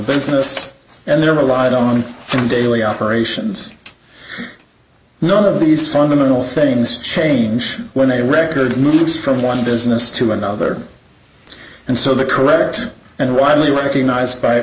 business and their relied on in daily operations none of these fundamental sayings change when they record moves from one business to another and so the correct and widely recognized by